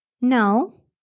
No